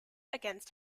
against